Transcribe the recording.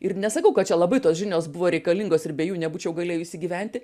ir nesakau kad čia labai tos žinios buvo reikalingos ir be jų nebūčiau galėjusi gyventi